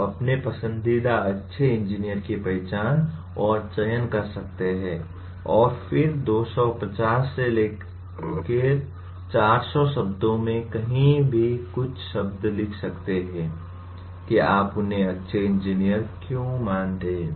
आप अपने पसंदीदा अच्छे इंजीनियर की पहचान और चयन कर सकते हैं और फिर 250 से 400 शब्दों में कहीं भी कुछ शब्द लिख सकते हैं कि आप उन्हें अच्छे इंजीनियर को क्यों मानते हैं